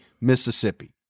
Mississippi